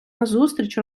назустріч